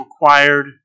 required